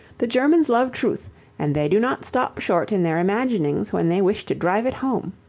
the germans love truth and they do not stop short in their imaginings when they wish to drive it home.